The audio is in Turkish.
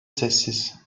sessiz